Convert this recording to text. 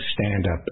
stand-up